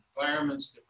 environments